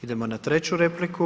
Idemo na treću repliku.